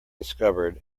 discovered